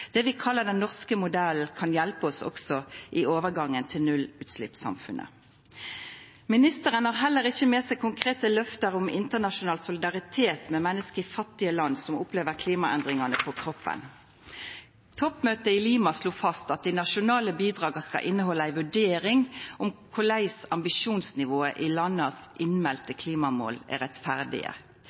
Det vi kallar «den norske modellen», kan hjelpa oss også i overgangen til nullutsleppssamfunnet. Ministeren har heller ikkje med seg konkrete løfte om internasjonal solidaritet med menneske i fattige land, som opplever klimaendringane på kroppen. Toppmøtet i Lima slo fast at dei nasjonale bidraga skal innehalda ei vurdering av korleis ambisjonsnivået i dei innmelde klimamåla til landa er